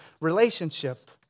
relationship